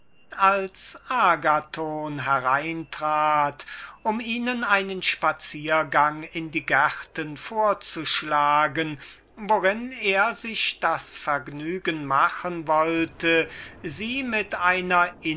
als agathon hereintrat und ihnen einen spaziergang in die gärten vorschlug worin er sich das vergnügen machen wollte sie mit einer